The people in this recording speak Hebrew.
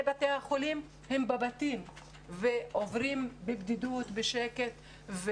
בתי החולים הם בבתים ועוברים בבדידות ובשקט.